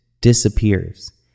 disappears